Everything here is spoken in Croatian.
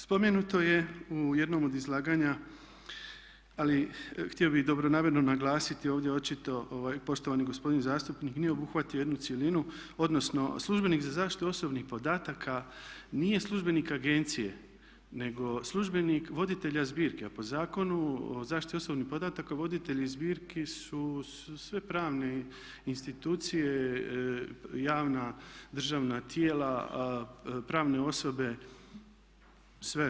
Spomenuto je u jednom od izlaganja ali htio bi dobronamjerno naglasiti ovdje očito poštovani gospodin zastupnik nije obuhvatio jednu cjelinu odnosno službenik za zaštitu osobnih podataka nije službenik agencije nego službenik voditelja zbirke a po zakonu o zaštiti osobnih podataka voditelji zbirki su sve pravne institucije, javna državna tijela, pravne osobe sve.